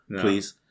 Please